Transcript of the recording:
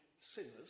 sinners